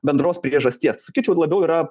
bendros priežasties sakyčiau labiau yra